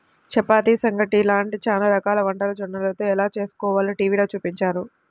చపాతీ, సంగటి లాంటి చానా రకాల వంటలు జొన్నలతో ఎలా చేస్కోవాలో టీవీలో చూపించారు